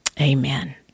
amen